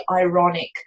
ironic